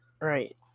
Right